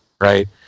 right